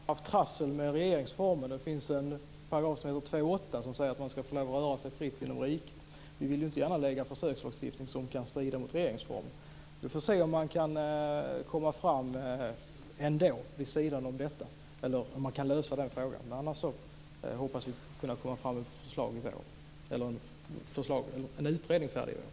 Fru talman! Problemet är att vi har haft trassel med regeringsformen. Det finns en paragraf - 2 kap. 8 §- som säger att man ska få lov att röra sig fritt inom riket. Vi vill inte gärna lägga fram förslag om försökslagstiftning som kan strida mot regeringsformen. Vi får se om man kan komma fram ändå vid sidan om detta och lösa den frågan. Vi hoppas att utredningen ska bli färdig i vår.